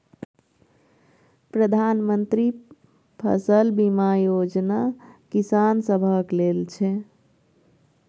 प्रधानमंत्री मन्त्री फसल बीमा योजना किसान सभक लेल छै